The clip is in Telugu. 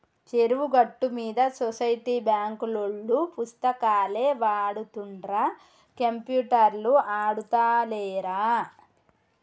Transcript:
చెరువు గట్టు మీద సొసైటీ బాంకులోల్లు పుస్తకాలే వాడుతుండ్ర కంప్యూటర్లు ఆడుతాలేరా